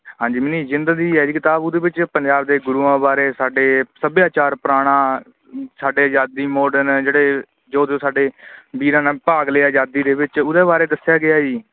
ਹਾਂਜੀ ਮਨੀਸ਼ ਜਿੰਦਲ ਦੀ ਹੈ ਜੀ ਕਿਤਾਬ ਉਹਦੇ ਵਿੱਚ ਪੰਜਾਬ ਦੇ ਗੁਰੂਆਂ ਬਾਰੇ ਸਾਡੇ ਸੱਭਿਆਚਾਰ ਪੁਰਾਣਾ ਸਾਡੇ ਆਜ਼ਾਦੀ ਮੋਡਰਨ ਜਿਹੜੇ ਜੋ ਸਾਡੇ ਵੀਰਾਂ ਨਾਲ ਭਾਗ ਲਿਆ ਆਜ਼ਾਦੀ ਦੇ ਵਿੱਚ ਉਹਦੇ ਬਾਰੇ ਦੱਸਿਆ ਗਿਆ ਜੀ